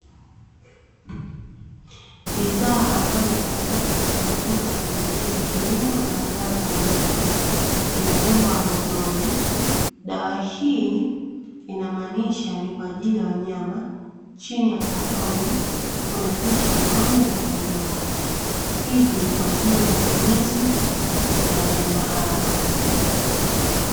Bidhaa ambayo inapatikana katika maduka ya pembejeo za kilimo na dawa za wanyama, ina nembo ya Bozon. Dawa hii inamaanisha ni kwa ajili ya wanyama, chini ya katoni kuna picha ya ng'ombe na kondoo. Hivi ni kwa ajili ya matumizi ya wanyama hawa.